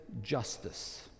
justice